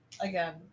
Again